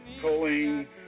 Colleen